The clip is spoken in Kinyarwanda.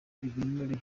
ibinure